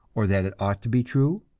or that it ought to be true?